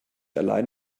allein